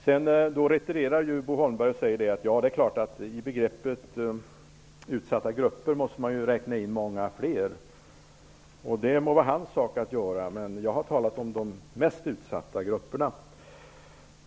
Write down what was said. Bo Holmberg retirerar och säger att man i begreppet utsatta grupper måste räkna in många fler. Det må vara hans sak att göra det, men jag har talat om de mest utsatta grupperna.